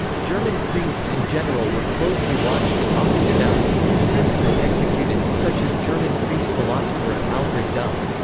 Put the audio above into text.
german priests in general were closely watched and often denounced, imprisoned or executed, such as german priest-philosopher, alfred delp.